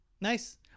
Nice